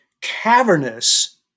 cavernous